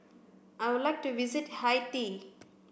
I would like to visit Haiti